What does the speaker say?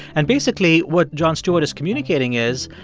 and basically, what jon stewart is communicating is,